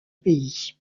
pays